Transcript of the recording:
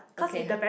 okay ha